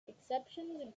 exceptions